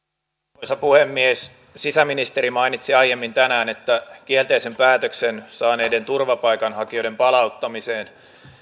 arvoisa puhemies sisäministeri mainitsi aiemmin tänään että kielteisen päätöksen saaneiden turvapaikanhakijoiden palauttamiseen